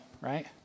right